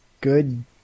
good